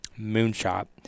moonshot